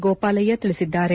ಗೋಪಾಲಯ್ಯ ತಿಳಿಸಿದ್ದಾರೆ